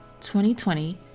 2020